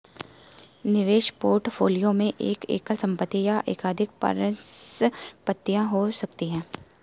निवेश पोर्टफोलियो में एक एकल संपत्ति या एकाधिक परिसंपत्तियां हो सकती हैं